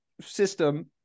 system